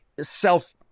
self